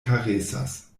karesas